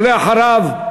ואחריו,